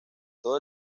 todo